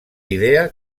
idea